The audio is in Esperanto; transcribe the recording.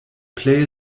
plej